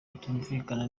bitumvikana